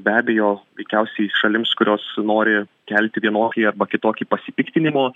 be abejo veikiausiai šalims kurios nori kelti vienokį ar kitokį pasipiktinimo